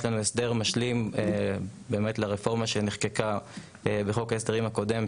יש לנו הסדר משלים לרפורמה שנחקקה בחוק ההסדרים הקודם,